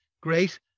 great